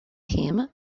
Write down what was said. him